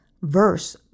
verse